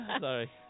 sorry